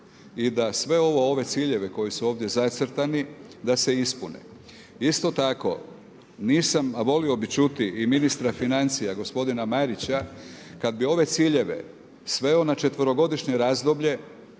i da sve ove ciljeve koji su ovdje zacrtani da se ispune. Isto tako, nisam a volio bih čuti i ministra financija gospodina Marića, kada bi ove ciljeve sveo na četverogodišnje razdoblje